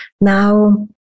Now